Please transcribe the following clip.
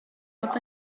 fod